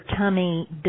tummy